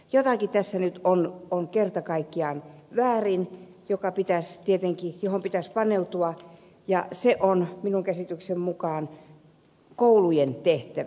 jotakin tässä nyt on kerta kaikkiaan väärin mihin pitäisi paneutua ja se on minun käsitykseni mukaan koulujen tehtävä